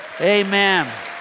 amen